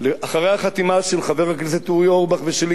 אחרי החתימה של חבר הכנסת אורי אורבך ושלי,